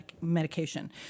medication